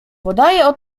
podaje